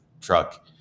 truck